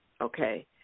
okay